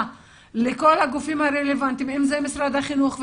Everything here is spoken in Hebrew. לכל הגופים הרלוונטיים משרד החינוך,